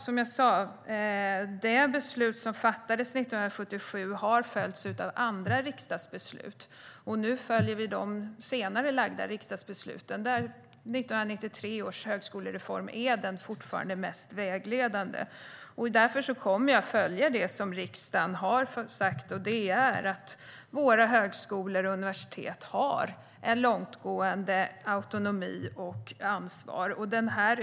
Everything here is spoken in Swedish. Som jag sa har det beslut som fattades 1977 följts av andra riksdagsbeslut. Nu följer vi de senare fattade riksdagsbesluten, och där är 1993 års högskolereform fortfarande vägledande. Därför kommer jag att följa det som riksdagen har sagt, att våra högskolor och universitet ska ha en långtgående autonomi och ett långtgående ansvar.